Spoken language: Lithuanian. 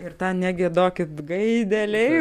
ir tą negiedokit gaideliai